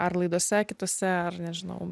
ar laidose kitose ar nežinau